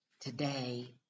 today